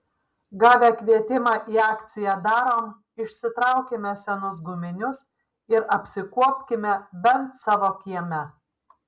gavę kvietimą į akciją darom išsitraukime senus guminius ir apsikuopkime bent savo kieme